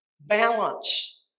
Balance